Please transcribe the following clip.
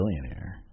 billionaire